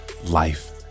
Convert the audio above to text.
life